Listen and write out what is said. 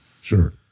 Sure